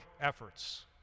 efforts